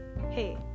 Hey